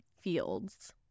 fields